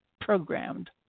programmed